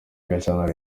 gashyantare